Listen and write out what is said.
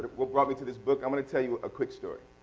what brought me to this book i'm going to tell you a quick story.